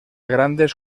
grandes